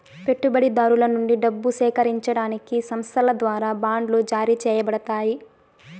పెట్టుబడిదారుల నుండి డబ్బు సేకరించడానికి సంస్థల ద్వారా బాండ్లు జారీ చేయబడతాయి